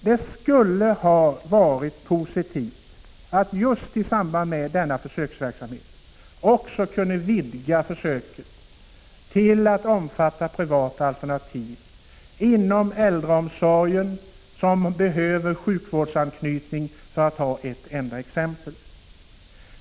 Det hade varit positivt att just i samband med denna försöksverksamhet kunna vidga försöken till att omfatta privata alternativ inom äldreomsorgen, som behöver sjukvårdsanknytning, för att ta ett enda exempel.